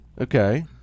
Okay